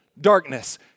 darkness